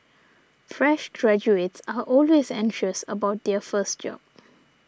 fresh graduates are always anxious about their first job